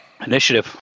Initiative